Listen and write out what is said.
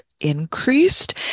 increased